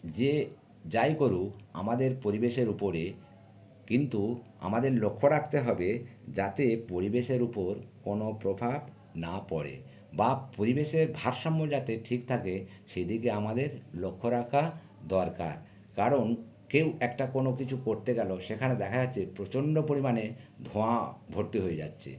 যে যাই করুক আমাদের পরিবেশের উপরে কিন্তু আমাদের লক্ষ্য রাখতে হবে যাতে পরিবেশের উপর কোনো প্রভাব না পড়ে বা পরিবেশের ভারসাম্য যাতে ঠিক থাকে সেদিকে আমাদের লক্ষ্য রাখা দরকার কারণ কেউ একটা কোনো কিছু করতে গেল সেখানে দেখা যাচ্ছে প্রচণ্ড পরিমাণে ধোঁয়া ভর্তি হয়ে যাচ্ছে